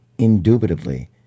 indubitably